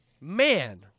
Man